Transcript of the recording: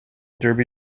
derby